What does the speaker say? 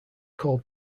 called